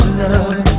love